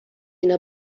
اینا